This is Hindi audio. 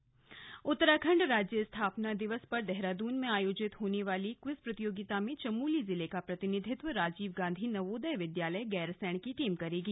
गैरसैंण टीम उत्तराखण्ड राज्य स्थापना दिवस पर देहरादून में आयोजित होने वाली क्विज प्रतियोगिता में चमोली जिले का प्रतिनिधित्व राजीव गांधी नवोदय विद्यालय गैरसैंण की टीम करेगी